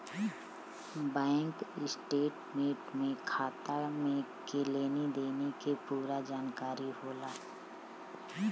bank statement में खाता के लेनी देनी के पूरा जानकारी होला